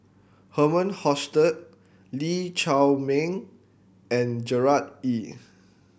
Herman Hochstadt Lee Chiaw Meng and Gerard Ee